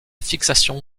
fixation